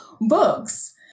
books